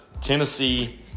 Tennessee